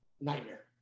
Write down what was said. nightmare